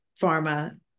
pharma